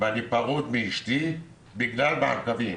ואני פרוד מאשתי בגלל מעקבים.